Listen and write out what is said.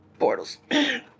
Bortles